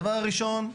דבר ראשון,